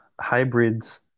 Hybrids